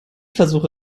versuche